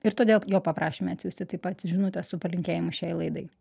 ir todėl jo paprašėme atsiųsti taip pat žinutę su palinkėjimu šiai laidai